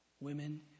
women